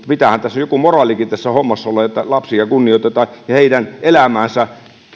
pitäähän joku moraalikin tässä hommassa olla että lapsia kunnioitetaan ja heidän elämäänsä